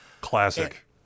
Classic